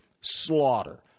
slaughter